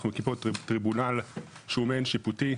ואנחנו טריבונל שהוא מעין שיפוטי.